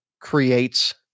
creates